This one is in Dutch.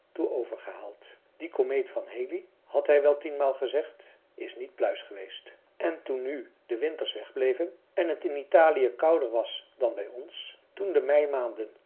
toe overgehaald die komeet van halley had hij wel tienmaal gezegd is niet pluis geweest en toen nu de winters wegbleven en het in italië kouder was dan bij ons toen de meimaanden